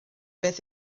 beth